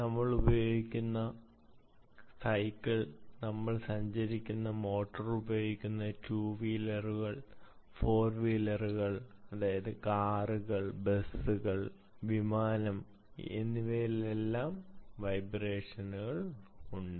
നിങ്ങൾ സഞ്ചരിക്കുന്ന cycle motor ഉപയോഗിക്കുന്ന 2 വീലറുകൾ 4 വീലറുകൾ കാറുകൾ ബസുകൾ വിമാനങ്ങൾ എന്നിവയിൽ പോലും വൈബ്രേഷനുകൾ ഉണ്ട്